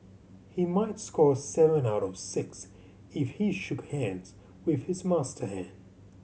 he might score seven out of six if he shook hands with his master hand